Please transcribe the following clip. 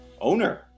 owner